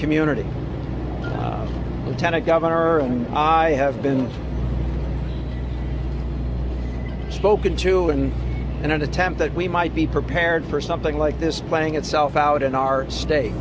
community ted a governor and i have been spoken to in an attempt that we might be prepared for something like this playing itself out in our state